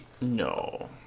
No